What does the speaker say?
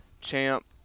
champ